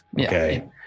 okay